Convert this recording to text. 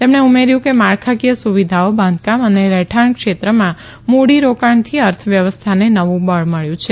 તેમણે ઉમેર્યુ કે માળખાકીય સુવીધાઓ બાંધકામ અને રહેઠાણ ક્ષેત્રમાં મુડીરોકાણથી અર્થવ્યવસ્થાને નવુ બળ મળ્યુ છે